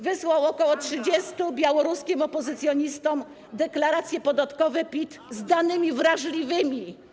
wysłał ok. 30 białoruskim opozycjonistom deklaracje podatkowe PIT z danymi wrażliwy.